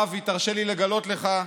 אבי, תרשה לי לגלות לך,